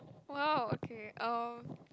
!wow! okay um